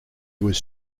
was